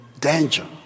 danger